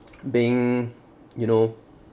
being you know